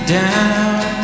down